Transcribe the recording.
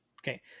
Okay